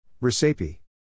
Recipe